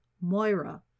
Moira